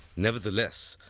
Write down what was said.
nevertheless,